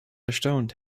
erstaunt